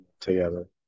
together